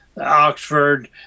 Oxford